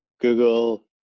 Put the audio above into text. Google